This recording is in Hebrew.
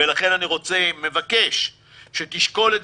ולכן אני מבקש שתשקול,